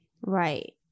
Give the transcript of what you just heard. Right